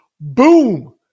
boom